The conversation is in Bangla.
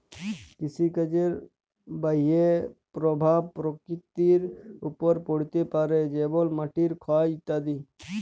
কৃষিকাজের বাহয়ে পরভাব পরকৃতির ওপর পড়তে পারে যেমল মাটির ক্ষয় ইত্যাদি